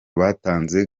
batanze